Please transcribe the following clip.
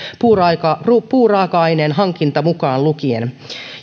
puuraaka aineen hankinta mukaan lukien